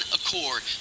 accord